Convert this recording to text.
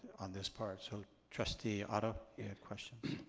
on this part. so, trustee otto, you had questions.